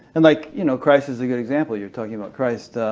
and like you know christ is a good example. you were talking about christ,